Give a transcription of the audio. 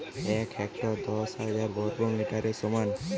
এক হেক্টর দশ হাজার বর্গমিটারের সমান